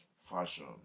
fashion